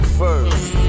first